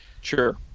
Sure